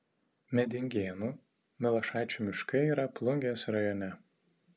medingėnų milašaičių miškai yra plungės rajone